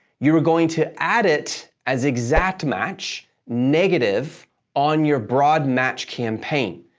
you are going to add it as exact match negative on your broad match campaign.